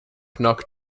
knock